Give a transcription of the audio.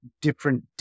different